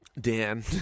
Dan